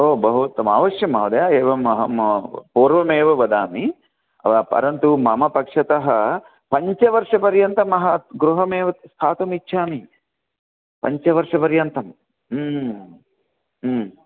ओ बहुत्तमम् अवश्यं महोदय एवम् अहं पूर्वमेव वदामि परन्तु मम पक्षतः पञ्चवर्षपर्यन्तं अहं गृहमेव स्थातुमिच्छामि पञ्चवर्षपर्यन्तं